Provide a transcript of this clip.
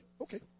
okay